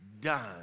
Done